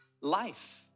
life